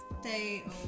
stay